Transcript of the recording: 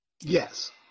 Yes